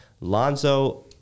Lonzo